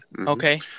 Okay